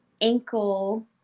ankle